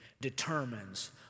determines